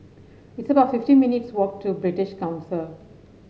it's about fifty minutes' walk to British Council